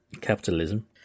capitalism